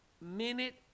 minute